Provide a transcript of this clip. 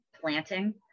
planting